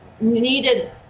needed